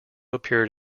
appeared